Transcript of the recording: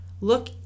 look